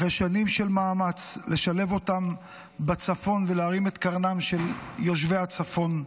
אחרי שנים של מאמץ לשלב אותם בצפון ולהרים את קרנם של יושבי הצפון.